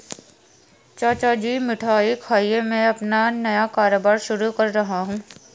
चाचा जी मिठाई खाइए मैं अपना नया कारोबार शुरू कर रहा हूं